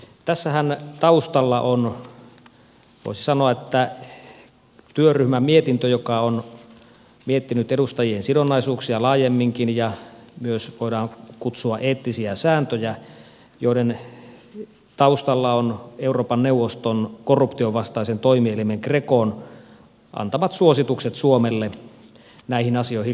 tässähän taustalla on voisi sanoa työryhmän mietintö jossa on mietitty edustajien sidonnaisuuksia laajemminkin ja myös eettisiä sääntöjä kuten niitä voidaan kutsua joiden taustalla on euroopan neuvoston korruption vastaisen toimielimen grecon antamat suositukset suomelle näihin asioihin liittyen